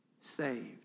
saved